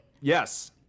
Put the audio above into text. Yes